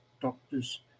doctors